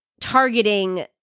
targeting